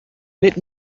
let